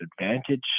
advantage